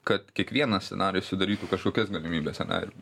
kad kiekvienas scenarijus sudarytų kažkokias galimybes scena